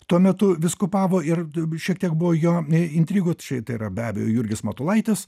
tuo metu vyskupavo ir d b šiek tiek buvo jo intrigų čia tai yra be abejo jurgis matulaitis